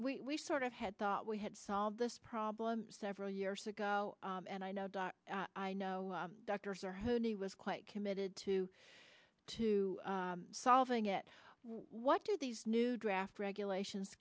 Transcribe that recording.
we sort of had thought we had solved this problem several years ago and i know i know doctors are when he was quite committed to to solving it what do these new draft regulations